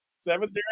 Seven